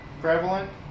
prevalent